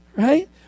right